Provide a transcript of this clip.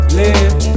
live